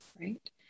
right